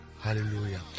Hallelujah